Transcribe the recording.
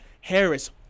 Harris